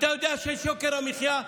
אתה יודע שיש יוקר מחיה,